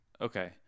okay